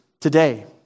today